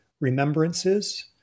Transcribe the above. remembrances